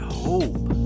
hope